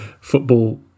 football